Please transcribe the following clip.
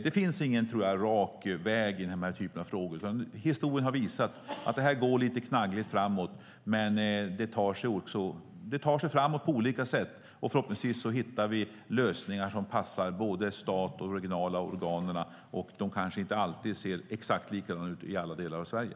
Det finns ingen rak väg i den här typen av frågor. Historien har visat att det går lite knaggligt framåt, men det tar sig framåt på olika sätt. Förhoppningsvis hittar vi lösningar som passar både staten och de regionala organen, och de kanske inte alltid ser exakt likadana ut i alla delar av Sverige.